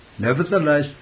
Nevertheless